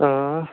آ